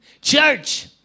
church